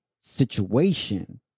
situation